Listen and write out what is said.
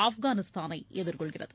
ஆப்கானிஸ்தானை எதிர்கொள்கிறது